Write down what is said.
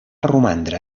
romandre